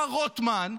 מר רוטמן,